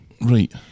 Right